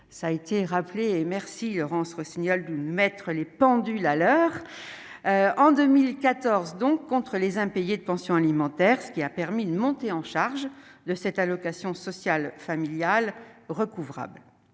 ça a été rappelé, et merci Laurence Rossignol d'une mettre les pendules à l'heure en 2014 donc contre les impayés de pensions alimentaires, ce qui a permis de monter en charge de cette allocation sociale familiale recouvrables